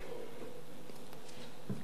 אונסק"ו.